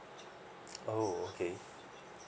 oh okay